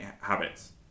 habits